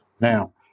now